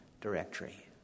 directory